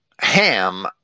Ham